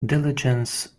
diligence